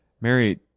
Mary